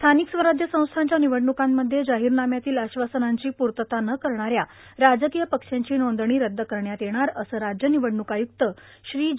स्थानिक स्वराज्य संस्थांच्या निवडणुकांमध्ये जाहीरनाम्यातील आश्वासनांची प्रर्तता न करणाऱ्या राजकीय पक्षांची नोंदणी रद्द करण्यात येणार असं राज्य निवडणूक आयुक्त श्री ज